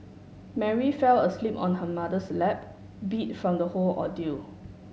Mary fell asleep on her mother's lap beat from the whole ordeal